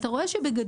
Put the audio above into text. אתה רואה שבגדול,